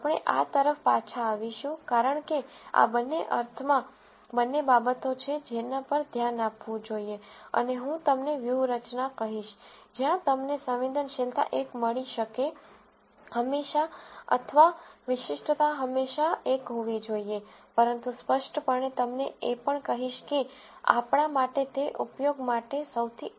આપણે આ તરફ પાછા આવીશું કારણ કે આ બંને અર્થમાં બંને બાબતો છે જેની પર ધ્યાન આપવું જોઈએ અને હું તમને વ્યૂહરચના કહીશ જ્યાં તમને સંવેદનશીલતા 1 મળી શકે હંમેશા અથવા વિશિષ્ટતા હંમેશા 1 હોવી જોઈએ પરંતુ સ્પષ્ટપણે તમને એ પણ કહીશ કે આપણા માટે તે ઉપયોગ માટે સૌથી અસરકારક ક્લાસિફાયર નથી